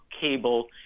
cable